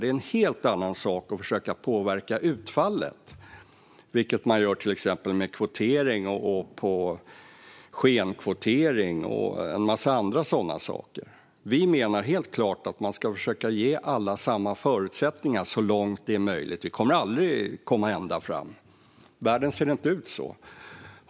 Det är en helt annan sak att försöka påverka utfallet, vilket man gör med kvotering, skenkvotering och en massa andra sådana saker. Vi menar helt klart att man ska försöka ge alla samma förutsättningar så långt det är möjligt. Vi kommer aldrig att komma ända fram. Världen ser inte ut så.